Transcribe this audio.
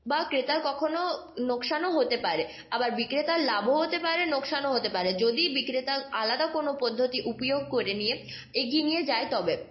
বা ক্রেতার কখনো লোকসানও হতে পারে আবার বিক্রেতার লাভও হতে পারে লোকসানও হতে পারে যদি বিক্রেতা আলাদা কোনো পদ্ধতির উপযোগ করে নিয়ে এগিয়ে নিয়ে যায় তবে